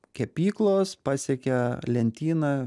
kepyklos pasiekia lentyną